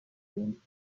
rim